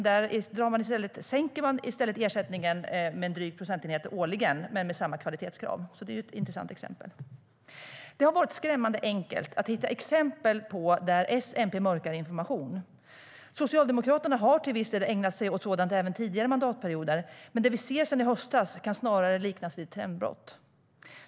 Där sänker man i stället ersättningen med en dryg procentenhet årligen men behåller samma kvalitetskrav. Det är ett intressant exempel. Det har varit skrämmande enkelt att hitta exempel på där SMP mörkar information. Socialdemokraterna har till viss del ägnat sig åt sådant även tidigare mandatperioder, men det vi ser sedan i höstas kan snarare liknas vid ett trendbrott.